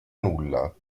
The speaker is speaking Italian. nulla